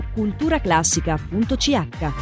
culturaclassica.ch